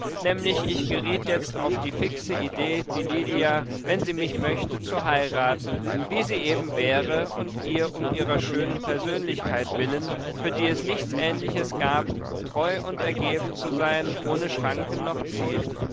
nämlich ich geriet jetzt auf die fixe idee die lydia wenn sie mich möchte zu heiraten wie sie eben wäre und ihr um ihrer schönen persönlichkeit willen für die es nichts ähnliches gab treu und ergeben zu sein ohne schranken noch ziel